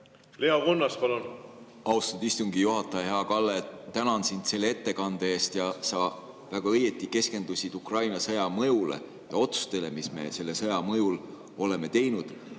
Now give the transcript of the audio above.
Leo Kunnas, palun! Austatud istungi juhataja! Hea Kalle, tänan sind selle ettekande eest. Sa väga õigesti keskendusid Ukraina sõja mõjule ja otsustele, mis me selle sõja mõjul oleme teinud. Aga